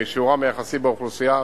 משיעורם היחסי באוכלוסייה,